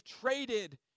traded